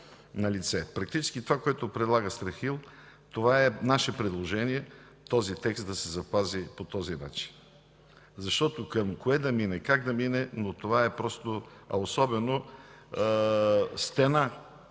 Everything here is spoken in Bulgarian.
налице. Практически това, което предлага господин Ангелов, е наше предложение – този текст да се запази по този начин. Защото към кое да мине, как да мине? Това е просто особено – стена